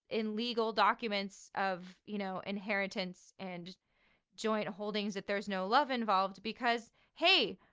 in legal documents of, you know, inheritance and joint holdings if there's no love involved because hey,